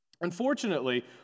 unfortunately